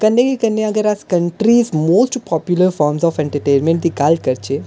कन्नै गै करन्नै अस country most popular form of entertainment दी गल्ल करचै